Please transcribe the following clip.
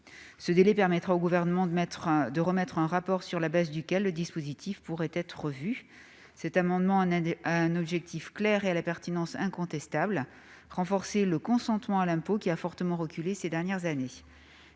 Ce délai permettra au Gouvernement de remettre un rapport sur le fondement duquel le dispositif pourrait être revu. Cet amendement a un objet clair et à la pertinence incontestable : renforcer le consentement à l'impôt, qui a fortement reculé ces dernières années.